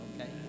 Okay